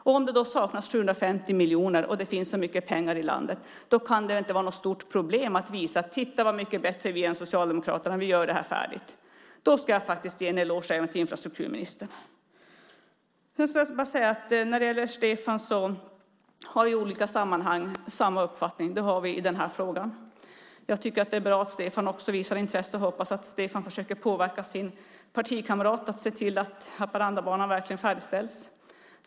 Om det då saknas 750 miljoner och det finns så mycket pengar i landet kan det ju inte vara något stort problem att visa och säga: Titta hur mycket bättre vi är än Socialdemokraterna. Vi bygger det här färdigt. Då ska jag faktiskt ge en eloge till infrastrukturministern. Stefan och jag har samma uppfattning i olika sammanhang. Det har vi i den här frågan. Jag tycker att det är bra att Stefan visar intresse, och jag hoppas att han försöker påverka sin partikamrat att se till Haparandabanan verkligen färdigställs.